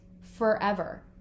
forever